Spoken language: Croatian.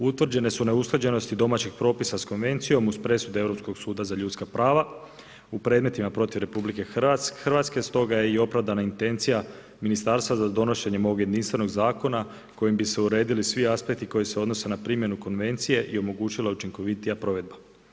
Utvrđene su neusklađenosti domaćih propisa s konvencijom uz presude Europskog suda za ljudska prava u predmetima protiv RH, stoga je i opravdana intencija ministarstva za donošenjem ovog jedinstvenog zakona kojim bi se uredili svi aspekti koji se odnose na primjenu konvencije i omogućila učinkovitija provedba.